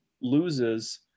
loses